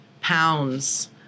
pounds